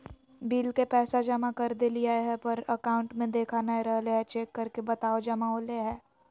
Bill के पैसा जमा कर देलियाय है पर अकाउंट में देखा नय रहले है, चेक करके बताहो जमा होले है?